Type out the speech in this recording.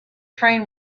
train